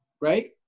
right